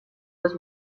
was